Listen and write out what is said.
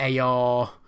AR